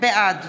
בעד